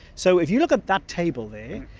so if you look at that table there,